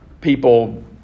people